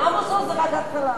עמוס עוז זה רק ההתחלה.